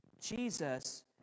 Jesus